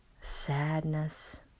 sadness